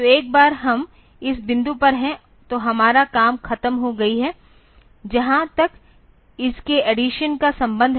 तो एक बार हम इस बिंदु पर हैं तो हमारा काम खत्म हो गई है जहां तक इसके एडिसन का संबंध है